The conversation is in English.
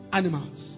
animals